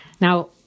Now